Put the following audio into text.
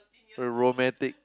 romantic